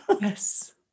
Yes